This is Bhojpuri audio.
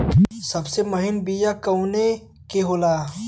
सबसे महीन बिया कवने के होला?